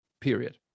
period